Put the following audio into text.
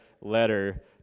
letter